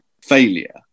failure